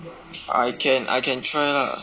I can I can try lah